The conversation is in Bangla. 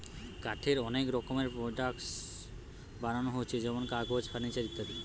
কাঠের অনেক রকমের প্রোডাক্টস বানানা হচ্ছে যেমন কাগজ, ফার্নিচার ইত্যাদি